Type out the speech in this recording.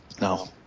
No